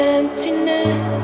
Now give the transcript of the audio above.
emptiness